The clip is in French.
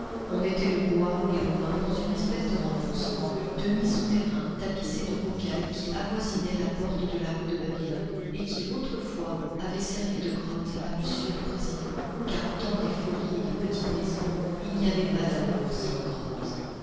on mettait le bois et le vin dans une espèce de renfoncement demi souterrain tapissé de rocailles qui avoisinait la porte de la rue de babylone et qui autrefois avait servi de grotte à m le président car au temps des folies et des petites-maisons il n'y avait pas d'amour sans grotte